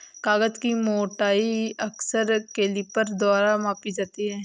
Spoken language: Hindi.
कागज की मोटाई अक्सर कैलीपर द्वारा मापी जाती है